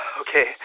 okay